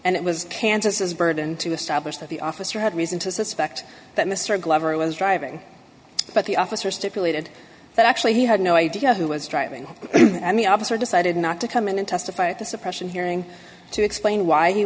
and it was kansas's burden to establish that the officer had reason to suspect that mr glover was driving but the officer stipulated that actually he had no idea who was driving i mean officer decided not to come in and testify at the suppression hearing to explain why you